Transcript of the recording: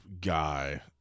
guy